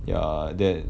ya that